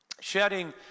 Shedding